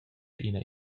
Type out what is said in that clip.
ina